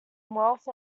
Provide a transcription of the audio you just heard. wealth